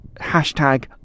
hashtag